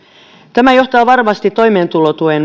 tämä johtaa varmasti toimeentulotuen